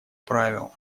правил